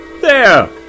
There